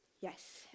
Yes